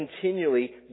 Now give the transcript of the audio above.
continually